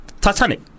Titanic